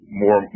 more